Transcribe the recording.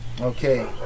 Okay